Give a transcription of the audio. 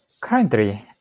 Currently